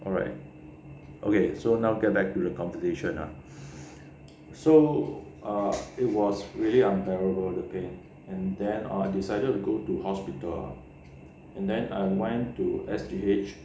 alright okay so now get back to the conversation ah so it was really unbearable the pain and then I decided to go to hospital ah and then I went to S_G_H